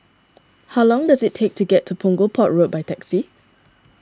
how long does it take to get to Punggol Port Road by taxi